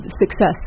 success